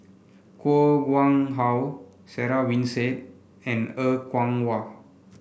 Koh Nguang How Sarah Winstedt and Er Kwong Wah